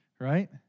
right